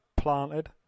Planted